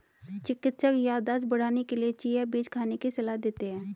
चिकित्सक याददाश्त बढ़ाने के लिए चिया बीज खाने की सलाह देते हैं